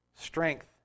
strength